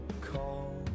call